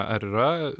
ar yra